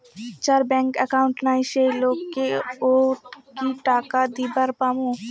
যার bank account নাই সেই লোক কে ও কি টাকা দিবার পামু?